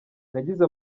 nagize